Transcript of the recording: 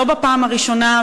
לא בפעם הראשונה,